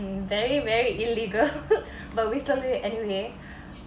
um very very illegal but we still did it anyway